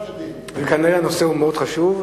הצעות לסדר-היום: